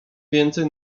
więcej